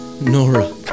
Nora